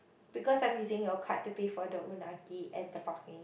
because I'm using your card to pay for the unagi and the parking